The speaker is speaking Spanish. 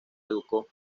educó